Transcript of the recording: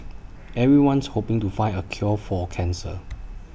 everyone's hoping to find A cure for cancer